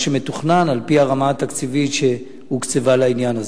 שמתוכנן על-פי הרמה התקציבית שהוקצבה לעניין הזה.